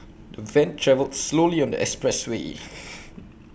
the van travelled slowly on the expressway